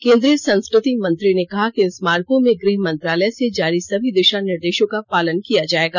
केन्द्रीय संस्कृति मंत्री ने कहा कि इन स्मारकों में गृह मंत्रालय से जारी सभी दिशा निर्देशों का पालन किया जाएगा